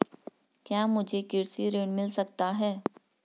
क्या मुझे कृषि ऋण मिल सकता है?